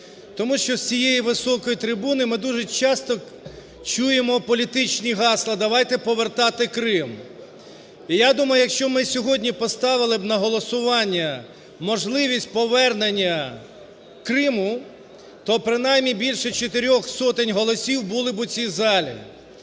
Тому що з цієї високої трибуни ми дуже часто чуємо політичні гасла: "Давайте повертати Крим". Я думаю, якщо ми сьогодні поставили б на голосування можливість повернення Криму, то принаймні більше чотирьох сотень голосів були б у цій залі.